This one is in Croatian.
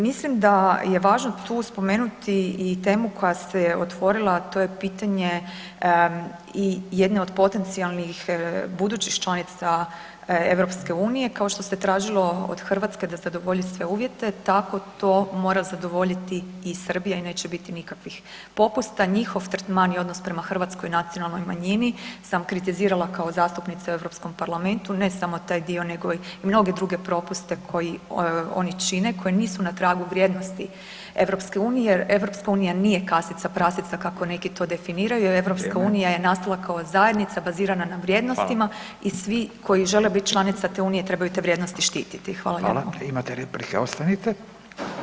Mislim da je važno tu spomenuti i temu koja se otvorila, to je pitanje i jedne od potencijalnih budućih članica EU-a kao što se tražilo od Hrvatske da se zadovolji sve uvjete, tako to mora zadovoljiti i Srbija i neće biti nikakvih popusta, njihov tretman i odnos prema hrvatskoj nacionalnih manjini sam kritizirala kao zastupnica u Europskom parlamentu, ne samo taj dio nego i mnoge druge propuste koji oni čine, koji nisu na tragu vrijednosti EU-a jer Eu nije kasica prasica kako neki to definiraju, EU je [[Upadica Radin: Vrijeme.]] nastala kao zajednica bazirana na vrijednostima [[Upadica Radin: Vrijeme.]] i svi koji žele bit članica te Unije, trebaju te vrijednosti štititi.